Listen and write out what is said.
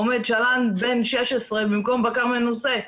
עומד של"ן בן 16 במקום בקר מנוסה.